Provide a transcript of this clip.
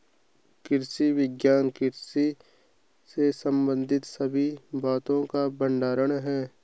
कृषि विज्ञान कृषि से संबंधित सभी बातों का भंडार है